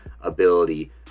ability